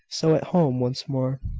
so at home, once more!